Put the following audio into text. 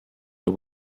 the